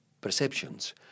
perceptions